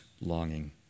longing